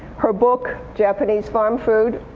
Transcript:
her book, japanese farm food